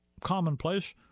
commonplace